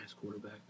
quarterback